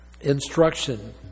instruction